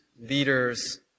leaders